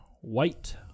white